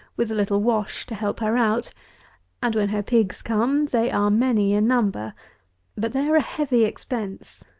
with a little wash to help her out and when her pigs come, they are many in number but they are a heavy expense.